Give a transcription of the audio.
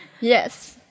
Yes